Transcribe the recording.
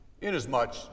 Inasmuch